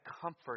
comfort